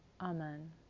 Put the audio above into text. Amen